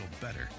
better